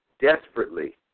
desperately